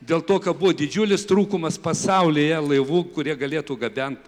dėl to kad buvo didžiulis trūkumas pasaulyje laivų kurie galėtų gabent